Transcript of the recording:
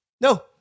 no